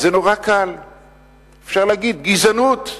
אז זה נורא קל, אפשר להגיד גזענות.